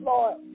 Lord